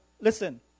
listen